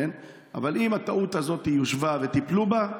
אבל אם הטעות הזאת יושבה וטיפלו בה,